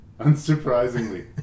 unsurprisingly